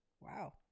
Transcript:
Wow